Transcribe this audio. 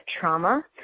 trauma